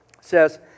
says